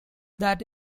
that